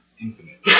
infinite